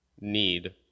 need